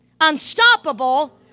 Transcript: unstoppable